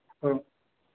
औ